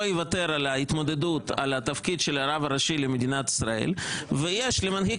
יוותר על ההתמודדות על התפקיד של הרב הראשי למדינת ישראל ויש למנהיג